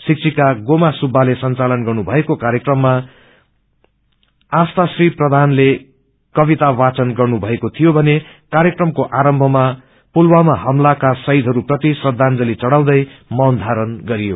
शिविव्द गोमा सुब्बाले संघालन गर्नुभएको कार्यक्रममा आस्यात्री प्रवानले कक्षिता वाचन गर्नुभएको थियो मने कार्यक्रमको आरम्भमा पुलवामा हमलाको शहीदहस्प्रति श्रदाजंली चढ़ाउँदै मौन धारण गरियो